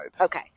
Okay